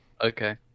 Okay